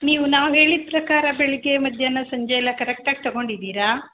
ನೀವು ನಾವು ಹೇಳಿದ ಪ್ರಕಾರ ಬೆಳಗ್ಗೆ ಮಧ್ಯಾಹ್ನ ಸಂಜೆ ಎಲ್ಲ ಕರೆಕ್ಟಾಗಿ ತಗೊಂಡಿದ್ದೀರಾ